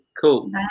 Cool